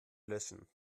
löschen